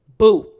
boo